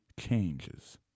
changes